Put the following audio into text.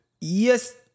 Yes